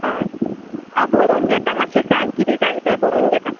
हां हांव बरोवन घेता मातशें सांग किरे जाय तें बरोवन घेता